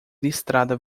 listrada